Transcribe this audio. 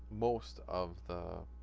most of the